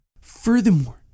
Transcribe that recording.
Furthermore